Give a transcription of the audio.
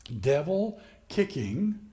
devil-kicking